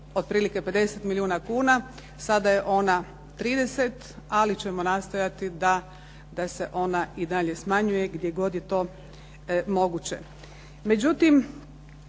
otprilike 50 milijuna kuna. Sada je ona 30, ali ćemo nastojati da se ona i dalje smanjuje gdje god je to moguće.